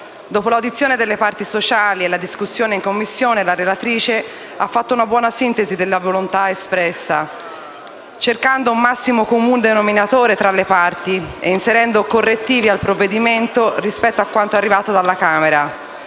Dopo l'audizione delle parti sociali e la discussione in Commissione, la relatrice ha fatto una buona sintesi della volontà espressa, cercando un massimo comun denominatore tra le parti ed inserendo correttivi al provvedimento rispetto a quanto arrivato dalla Camera,